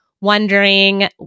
wondering